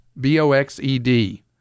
B-O-X-E-D